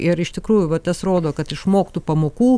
ir iš tikrųjų va tas rodo kad išmoktų pamokų